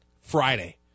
Friday